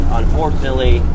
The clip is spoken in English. unfortunately